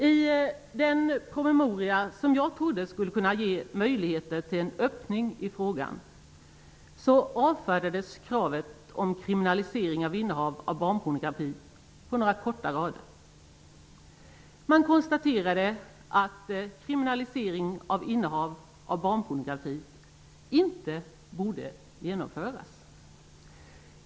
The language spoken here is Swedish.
I den promemoria som jag trodde skulle kunna ge möjligheter till en öppning i frågan avfärdades kravet på kriminalisering av innehav av barnpornografi på några korta rader. Man konstaterade att kriminalisering av innehav av barnpornografi inte borde genomföras.